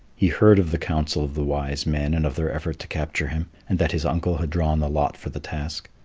he heard of the council of the wise men and of their effort to capture him, and that his uncle had drawn the lot for the task.